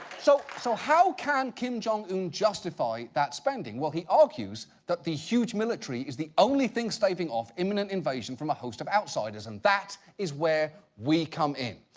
so so, how can kim jong-un justify that spending? well, he argues that the huge military is the only thing staving off imminent invasion from a host of outsiders and that is where we come in.